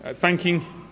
thanking